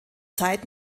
zeit